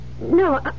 No